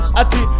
ati